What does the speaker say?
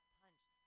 punched